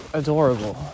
adorable